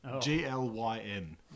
G-L-Y-N